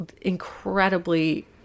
Incredibly